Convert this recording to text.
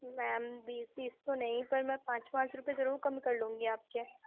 میم بیس تیس تو نہیں پر میں پانچ پانچ روپے ضرور کم کرلوں گی آپ کے